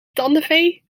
tandenfee